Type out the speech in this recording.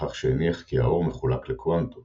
בכך שהניח כי האור מחולק לקוואנטות